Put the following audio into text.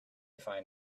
find